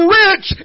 rich